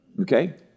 Okay